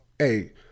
Hey